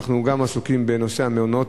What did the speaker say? אנחנו גם עוסקים בנושא המעונות,